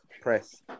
press